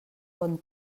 bon